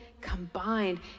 combined